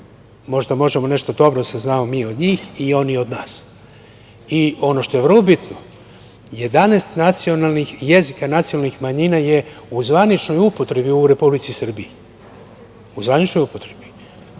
Možda možemo nešto dobro da saznamo mi od njih i oni od nas i ono što je vrlo bitno, 11 jezika nacionalnih manjina je u zvaničnoj upotrebi u Republici Srbiji, u zvaničnoj upotrebi